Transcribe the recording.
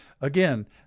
again